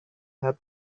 help